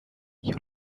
you